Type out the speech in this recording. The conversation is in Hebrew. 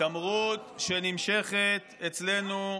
שנמשכת אצלנו,